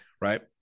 Right